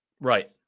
Right